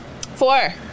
Four